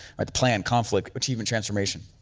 i'd plan conflict but even transformation.